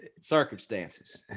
circumstances